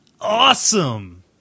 Awesome